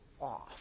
off